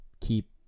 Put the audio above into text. keep